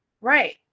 Right